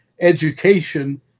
education